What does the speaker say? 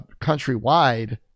countrywide